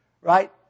right